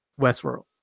Westworld